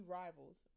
rivals